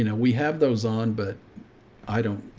you know we have those on, but i don't,